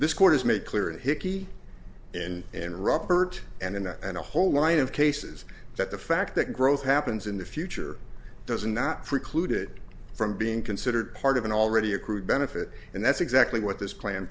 this court has made clear and hickey and and robert and and and a whole line of cases that the fact that growth happens in the future does not preclude it from being considered part of an already accrued benefit and that's exactly what this plan